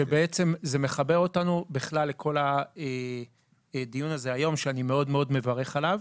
שבעצם זה מחבר אותנו בכלל לכל הדיון הזה היום שאני מאוד מאוד מברך עליו.